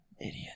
Idiot